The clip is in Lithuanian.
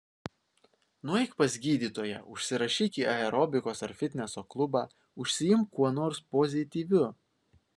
nueik pas gydytoją užsirašyk į aerobikos ar fitneso klubą užsiimk kuo nors pozityviu